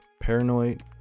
paranoid